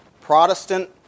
Protestant